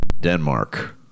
Denmark